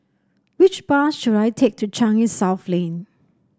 which bus should I take to Changi South Lane